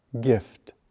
gift